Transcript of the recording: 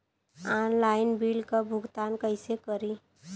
Online bill क भुगतान कईसे करी?